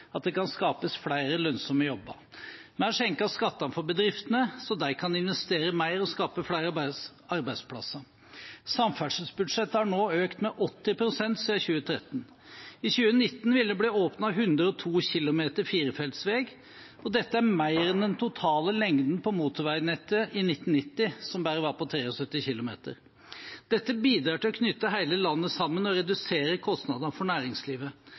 at det kan skapes flere lønnsomme jobber. Vi har senket skattene for bedriftene, så de kan investere mer og skape flere arbeidsplasser. Samferdselsbudsjettet har nå økt med 80 pst. siden 2013. I 2019 vil det bli åpnet 102 km firefeltsvei, og dette er mer enn den totale lengden på motorveinettet i 1990, som bare var på 73 km. Dette bidrar til å knytte hele landet sammen og redusere kostnadene for næringslivet.